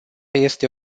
este